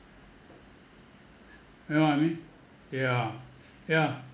you know what I mean yeah yeah